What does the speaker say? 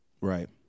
Right